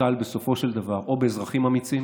נתקל בסופו של דבר או באזרחים אמיצים,